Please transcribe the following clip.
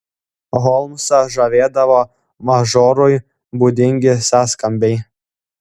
holmsą žavėdavo mažorui būdingi sąskambiai